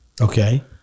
Okay